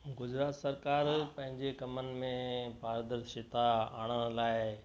गुजरात सरकारु पंहिंजे कमनि में पारदर्शिता आणण लाइ